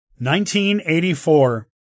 1984